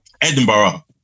Edinburgh